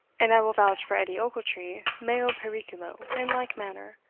and i will vouch for edie ochiltree, meo periculo, in like manner,